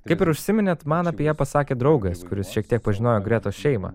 kaip ir užsiminėt man apie ją pasakė draugas kuris šiek tiek pažinojo gretos šeimą